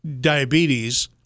diabetes